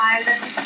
Island